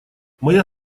моя